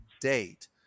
date